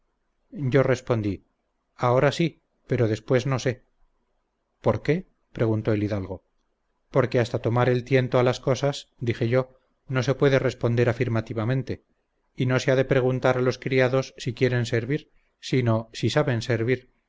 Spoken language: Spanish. yo respondí ahora si pero después no sé por qué preguntó el hidalgo porque hasta tomar el tiento a las cosas dije yo no se puede responder afirmativamente y no se ha de preguntar a los criados si quieren servir sino si saben servir